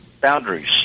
boundaries